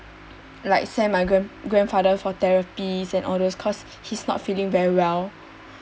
like send my grand~ grandfather for therapies and all those cause he's not feeling very well